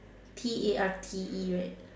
T A R T E right